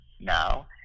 now